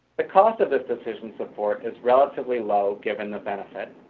the cost of this decision-support is relatively low, given the benefit.